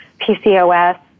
PCOS